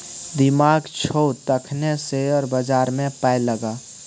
दिमाग छौ तखने शेयर बजारमे पाय लगा